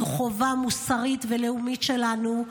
זו חובה מוסרית ולאומית שלנו.